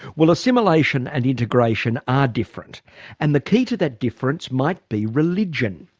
well assimilation and integration are different and the key to that difference might be religion.